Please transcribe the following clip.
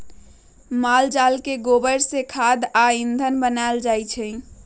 माल जाल के गोबर से खाद आ ईंधन बनायल जाइ छइ